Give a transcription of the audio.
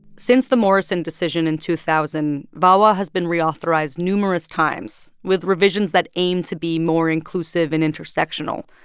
since the morrison decision in two thousand, vawa has been reauthorized numerous times with revisions that aim to be more inclusive and intersectional.